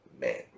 man